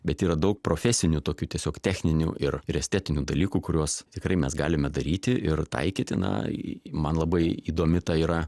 bet yra daug profesinių tokių tiesiog techninių ir ir estetinių dalykų kuriuos tikrai mes galime daryti ir taikyti na man labai įdomi ta yra